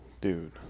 Dude